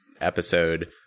episode